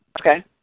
Okay